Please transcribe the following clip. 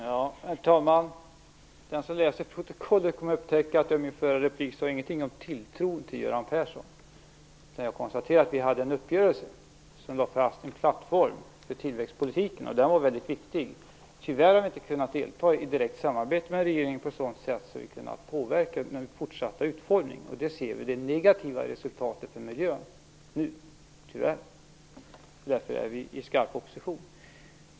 Herr talman! Den som läser protokollet kommer att upptäcka att jag i min förra replik inte sade någonting om tilltron till Göran Persson. Jag konstaterade att vi träffat en uppgörelse som lade fast en plattform för tillväxtpolitiken, och den var väldigt viktig. Tyvärr har vi inte kunnat delta i ett direkt samarbete med regeringen på ett sådant sätt att vi kunnat påverka den fortsatta utformningen. Nu ser vi, tyvärr, det negativa resultatet för miljön. Därför är vi i skarp opposition.